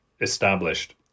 established